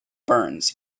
burns